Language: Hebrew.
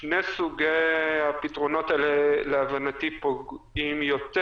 שני סוגי הפתרונות האלה פוגעים יותר